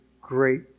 great